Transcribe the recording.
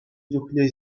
чухлӗ